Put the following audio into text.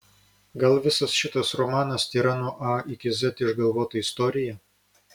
gal visas šitas romanas tėra nuo a iki z išgalvota istorija